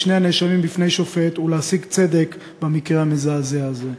שני הנאשמים לפני שופט ולהשיג צדק במקרה המזעזע הזה.